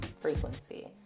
frequency